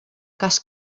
cas